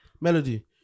Melody